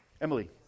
Emily